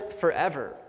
forever